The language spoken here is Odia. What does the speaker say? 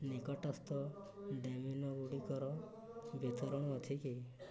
ନିକଟସ୍ଥ ଡୋମିନୋଗୁଡ଼ିକର ବିତରଣ ଅଛି କି